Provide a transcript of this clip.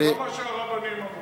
זה לא מה שהרבנים אמרו.